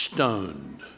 stoned